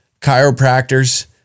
chiropractors